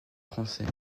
français